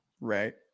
Right